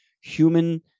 human